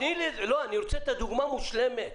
אני רוצה את הדוגמה מושלמת.